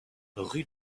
rue